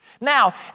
Now